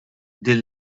din